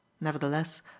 Nevertheless